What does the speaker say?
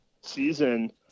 season